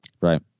Right